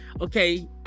okay